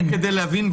אמרתי כדי להבין,